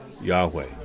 Yahweh